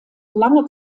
lange